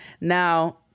now